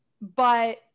But-